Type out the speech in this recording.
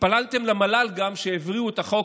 התפללתם למל"ל גם כשהעבירו את החוק,